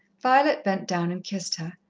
violet bent down and kissed her.